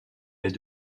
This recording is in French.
est